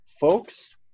folks